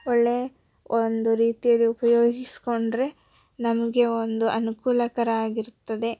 ಒಳ್ಳೆಯ ಒಂದು ರೀತಿಯಲ್ಲಿ ಉಪಯೋಗಿಸಿಕೊಂಡ್ರೆ ನಮಗೆ ಒಂದು ಅನುಕೂಲಕರ ಆಗಿರ್ತದೆ